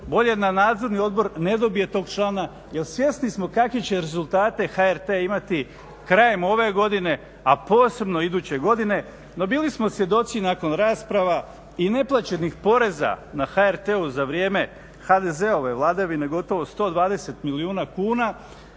bolje da Nadzorni odbor ne dobije tog člana, jer svjesni smo kakve će rezultate HRT imati krajem ove godine a posebno iduće godine. No, bili smo svjedoci nakon rasprava i neplaćenih poreza na HRT-u za vrijeme HDZ-ove vladavine gotovo 120 milijuna kuna